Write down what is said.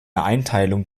einteilung